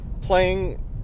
playing